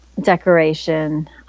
decoration